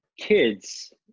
kids